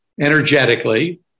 energetically